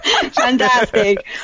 Fantastic